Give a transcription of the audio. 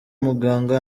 muganga